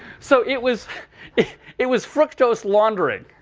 so it was it was fructose laundering.